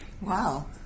Wow